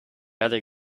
other